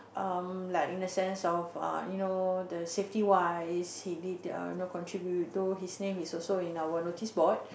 um like in a sense of uh you know the safety wise he did uh know contribute though his name is also in our noticeboard